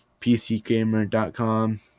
PCGamer.com